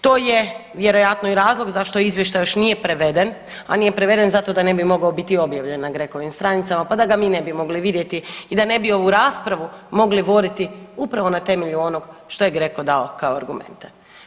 To je vjerojatno i razlog zašto Izvještaj još nije preveden, a nije preveden zato da ne bi mogao biti objavljen na GRECO-im stranicama, pa da ga mi ne bi mogli vidjeti i da ne bi ovu raspravu mogli voditi upravo na temelju onoga što je GRECO dao kao argumente.